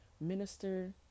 minister